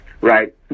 right